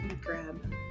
grab